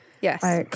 Yes